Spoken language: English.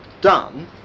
done